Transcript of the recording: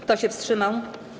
Kto się wstrzymał?